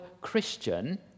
Christian